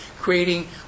creating